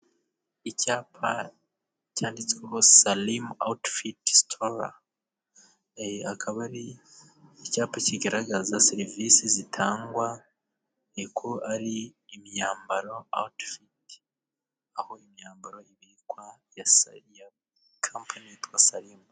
Icyapa cyanditsweho salimu awuti fiti sitora, akaba ari icyapa kigaragaza serivisi zitangwa ko ari imyambaro itangwa muri awuti fiti sitora, aho imyambaro ibikwa ya kampani yitwa salimu.